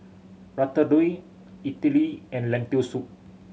Ratatouille Idili and Lentil Soup